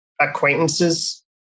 acquaintances